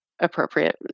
appropriate